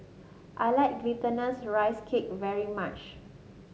I like Glutinous Rice Cake very much